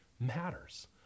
matters